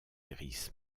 iris